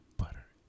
butter